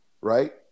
right